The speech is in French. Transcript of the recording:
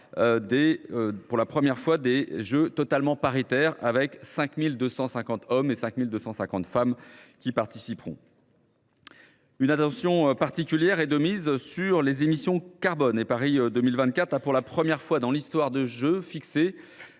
pour la première fois de Jeux totalement paritaires : 5 250 femmes et 5 250 hommes y participeront. Une attention particulière est portée aux émissions de carbone. Paris 2024 a, pour la première fois dans l’histoire des Jeux, fixé